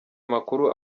amakuru